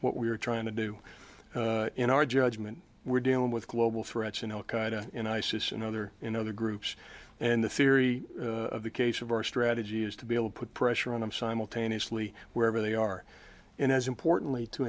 what we're trying to do in our judgment we're dealing with global threats and al qaida in isis and other in other groups and the theory of the case of our strategy is to be able to put pressure on them simultaneously wherever they are and as importantly to